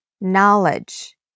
knowledge